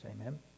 amen